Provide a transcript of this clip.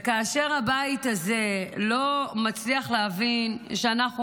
וכאשר הבית הזה לא מצליח להבין שאנחנו